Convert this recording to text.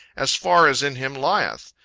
as far as in him lieth.